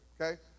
okay